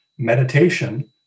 meditation